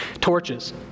torches